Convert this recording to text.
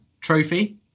trophy